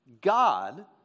God